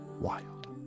wild